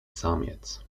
samiec